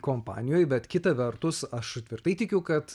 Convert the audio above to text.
kompanijoj bet kita vertus aš tvirtai tikiu kad